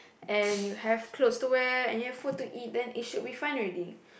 and you have clothes to wear and you have food to eat then it should be fine already